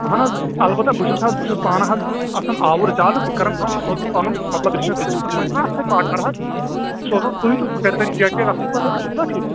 اَہَن حظ البتہٕ بہٕ چھُس حظ بہٕ چھُس پانہٕ حظ آسان آوُر زیادٕ بہٕ کرٕ کٲم بہٕ سوزَن پنُن مطلب یَس مےٚ بِزنَسس منٛز چھُ آسان پاٹنر حظ بہٕ سوزَن سُے تہٕ سُہ کرِ تتہِ چیک ویک اصٕل پاٹھۍ چھُنا ٹھیٖک